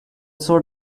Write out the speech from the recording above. sort